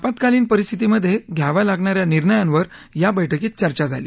आपात्कालीन परिस्थितीमधे घ्याव्या लागणा या निर्णयांवर या बर्क्कीत चर्चा झाली